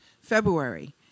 February